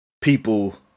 people